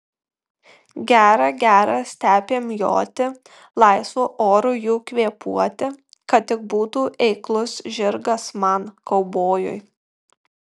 gera gera stepėm joti laisvu oru jų kvėpuoti kad tik būtų eiklus žirgas man kaubojui